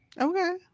Okay